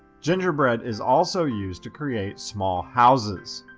gingerbread is also used to create small houses.